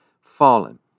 fallen